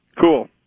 Cool